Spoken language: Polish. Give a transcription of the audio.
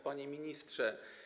Panie Ministrze!